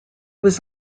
was